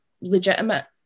legitimate